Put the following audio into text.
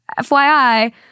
FYI